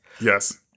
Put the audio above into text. Yes